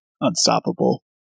unstoppable